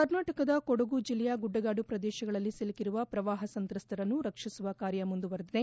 ಕರ್ನಾಟಕದ ಕೊಡಗು ಜಿಲ್ಲೆಯ ಗುಡ್ಡಗಾಡು ಪ್ರದೇಶಗಳಲ್ಲಿ ಸಿಲುಕಿರುವ ಪ್ರವಾಪ ಸಂತ್ರಸ್ತರನ್ನು ರಕ್ಷಿಸುವ ಕಾರ್ಯ ಮುಂದುವರೆದಿದೆ